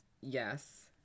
Yes